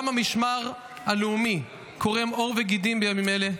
גם המשמר הלאומי קורם עור וגידים בימים אלה,